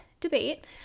debate